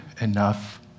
enough